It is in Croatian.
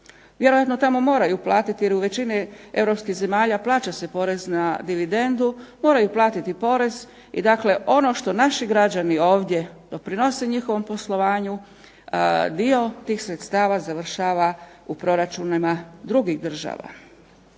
Vjerojatno tamo moraju platiti jer u većini europskih zemalja plaća se porez na dividendu. Moraju platiti porez i dakle ono što naši građani ovdje doprinose njihovom poslovanju dio tih sredstava završava u proračunima drugih država.